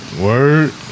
word